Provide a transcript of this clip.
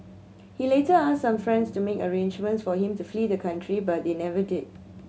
he later asked some friends to make arrangements for him to flee the country but they never did